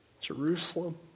Jerusalem